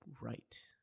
right